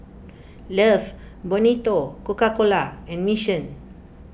Love Bonito Coca Cola and Mission